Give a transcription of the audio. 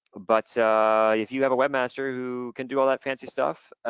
but if you have a webmaster who can do all that fancy stuff,